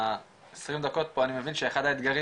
מהעשרים דקות פה אני מבין שאחד האתגרים